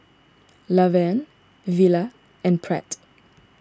Lavern Villa and Pratt